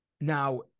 Now